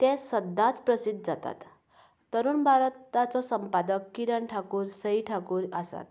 ते सद्दांच प्रसिध्द जातात तरूण भारत ताचो संपादक किरण ठाकूर सई ठाकूर आसात